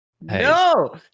no